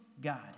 God